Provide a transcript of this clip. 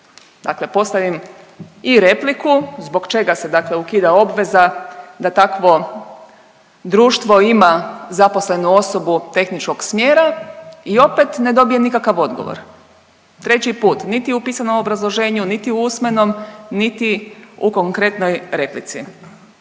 Dakle postavim i repliku zbog čega se dakle ukida obveza da takvo društvo ima zaposlenu osobu tehničkog smjera i opet ne dobijem nikakav odgovor. Treći put, niti u pisanom obrazloženju niti u usmenom niti u konkretnoj replici.